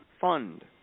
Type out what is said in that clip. fund